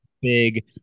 big